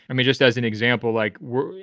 i mean, just as an example, like what?